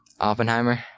Oppenheimer